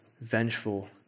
vengeful